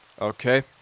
okay